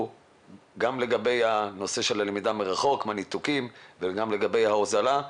גם בנושא הניתוקים בלמידה מרחוק וגם בעניין ההוזלה.